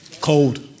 Cold